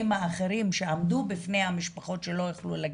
האחרים שעמדו בפני המשפחות שלא יכלו לגשת,